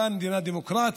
כאן מדינה דמוקרטית,